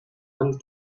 one